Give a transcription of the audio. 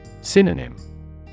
Synonym